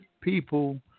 People